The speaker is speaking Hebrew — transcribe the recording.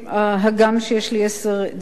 והגם שיש לי עשר דקות,